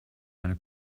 eine